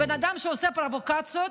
בן אדם שעושה פרובוקציות,